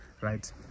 right